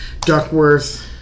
Duckworth